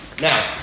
Now